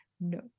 No